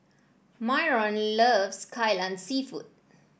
Myron loves Kai Lan seafood